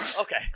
Okay